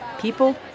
people